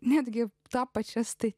netgi tapačias tai